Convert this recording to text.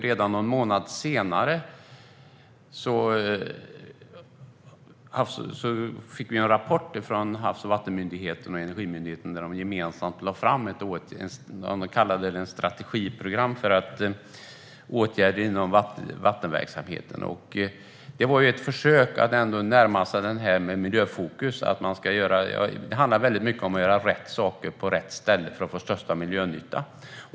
Redan någon månad senare fick vi en rapport från Havs och vattenmyndigheten och Energimyndigheten, där de gemensamt lade fram ett strategiprogram för åtgärder inom vattenverksamheten. Det var ett försök att närma sig detta med miljöfokus. Det handlar väldigt mycket om att göra rätt saker på rätt ställe för att man ska få största miljönytta.